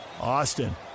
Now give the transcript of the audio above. Austin